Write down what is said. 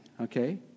Okay